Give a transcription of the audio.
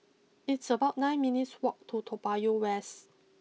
it's about nine minutes' walk to Toa Payoh West